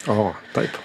o taip